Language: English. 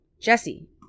Jesse